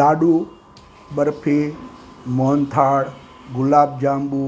લાડુ barfi mohanthal gulab જાંબુ